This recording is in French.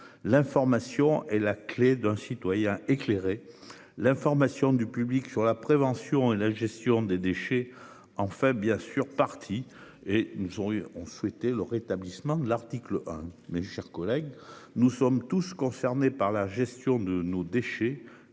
L'information est la clé d'un citoyen éclairé ; celle du public sur la prévention et la gestion des déchets en fait bien sûr partie, et nous aurions souhaité le rétablissement de l'article 1. Mes chers collègues, nous sommes tous concernés par la gestion de nos déchets,